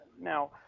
Now